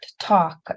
talk